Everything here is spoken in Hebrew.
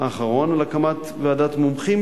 האחרון על הקמת ועדת מומחים,